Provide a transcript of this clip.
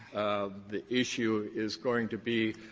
the issue is going to be